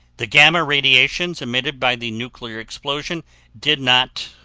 the gamma radiations emitted by the nuclear explosion did not,